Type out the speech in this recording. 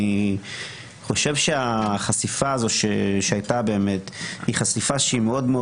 אני חושב שהחשיפה הזו שהייתה היא חשיפה מאוד-מאוד